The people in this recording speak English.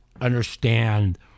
understand